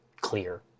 clear